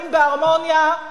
חיים בהרמוניה.